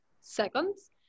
seconds